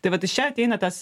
tai vat iš čia ateina tas